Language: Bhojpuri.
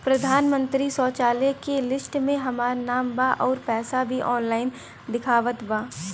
प्रधानमंत्री शौचालय के लिस्ट में हमार नाम बा अउर पैसा भी ऑनलाइन दिखावत बा